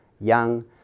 young